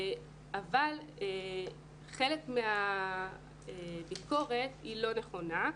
אבל חלק מהביקורת היא לא נכונה.